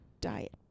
diet